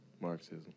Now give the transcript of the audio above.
Marxism